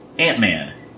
Ant-Man